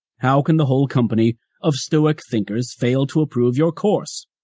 how can the whole company of stoic thinkers fail to approve your course?